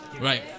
Right